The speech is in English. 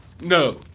No